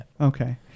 okay